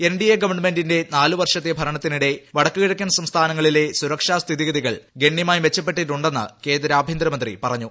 NDA ഗവൺമെന്റിന്റെ നാല്വർഷത്തെ ഭരണത്തിനിടെ വടക്ക് കിഴക്കൻ സംസ്ഥാനങ്ങളിലെ സുരക്ഷ സ്ഥിതിഗതികൾ ഗണ്യമായി മെച്ചപ്പെട്ടിട്ടുണ്ടെന്ന് കേന്ദ്ര ആഭ്യന്തര മന്ത്രി പറഞ്ഞു